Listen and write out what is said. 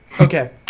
Okay